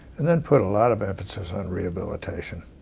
and then put a lot of emphasis on rehabilitation.